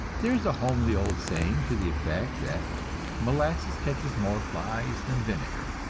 there is a homely old saying to the effect that molasses catches more flies than vinegar